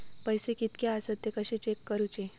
पैसे कीतके आसत ते कशे चेक करूचे?